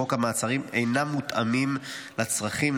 אינם מותאמים לצרכים,